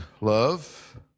love